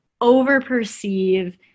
overperceive